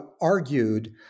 argued